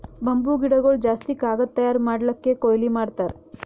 bamboo ಗಿಡಗೊಳ್ ಜಾಸ್ತಿ ಕಾಗದ್ ತಯಾರ್ ಮಾಡ್ಲಕ್ಕೆ ಕೊಯ್ಲಿ ಮಾಡ್ತಾರ್